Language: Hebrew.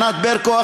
ענת ברקו,